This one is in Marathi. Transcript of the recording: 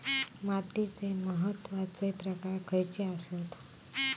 मातीचे महत्वाचे प्रकार खयचे आसत?